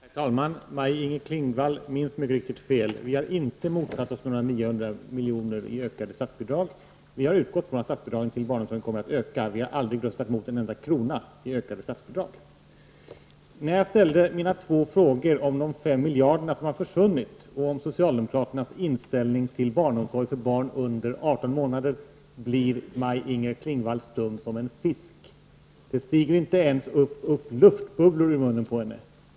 Herr talman! Maj-Inger Klingvall minns mycket riktigt fel -- vi har inte motsatt oss några 900 milj.kr. i ökade statsbidrag. Vi har utgått ifrån att statsbidragen till barnomsorgen kommer att öka. Vi har aldrig röstat emot en enda krona i ökade statsbidrag. När jag ställde mina två frågor om de fem miljarder som har försvunnit och om socialdemokraternas inställning till barnomsorg för barn under 18 månaders ålder blev Maj-Inger Klingvall stum som en fisk. Det stiger inte ens upp luftbubblor ur munnen på henne.